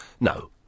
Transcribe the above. No